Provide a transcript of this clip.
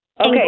Okay